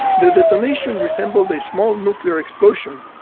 the detonation resembled a small nuclear explosion,